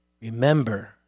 Remember